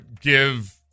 give